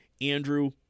Andrew